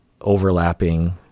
overlapping